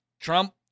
Trump